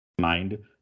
mind